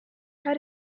how